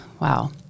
Wow